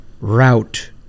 route